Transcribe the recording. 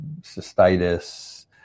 cystitis